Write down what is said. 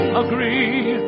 agree